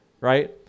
right